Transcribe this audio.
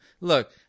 Look